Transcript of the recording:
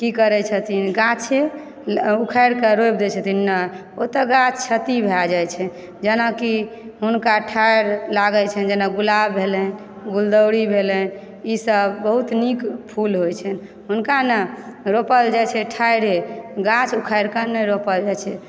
कि करय छथिन गाछे उखारिके रोपि दय छथिन नहि ओहिसँ गाछ क्षति भऽ जाइ छै जेनाकि हुनका ठाइरे लागय छनि जेना गुलाब भेलनि गुलदाउदी भेलनि ईभ बहुत नीक फूल होयत छनि हुनका नहि रोपल जाइ छै ठाइरे गाछ उखारिके नहि रोपल जाइ छै